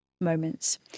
moments